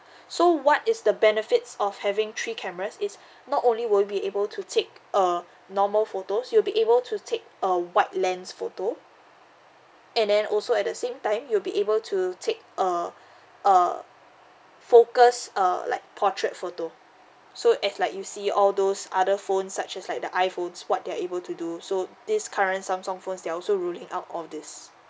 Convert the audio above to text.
so what is the benefits of having three cameras is not only will be able to take a normal photos you'll be able to take a wide lens photo and then also at the same time you'll be able to take uh uh focused err like portrait photo so as like you see all those other phones such as like the iphones what they're able to do so this current samsung phones they're also rolling out all these